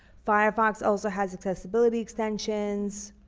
firefox also has accessibility extensions,